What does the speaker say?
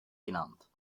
genannt